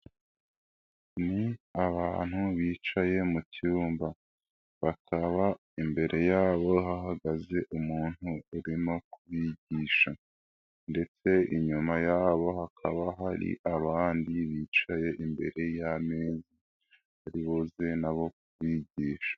Ni abantu bicaye mu cyumba bakaba imbere yabo hahagaze umuntu urimo kubigisha ndetse inyuma yabo hakaba hari abandi bicaye imbere y'ameza bari buze n'abo kwigisha.